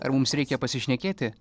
ar mums reikia pasišnekėti